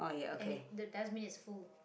and it the dustbin is full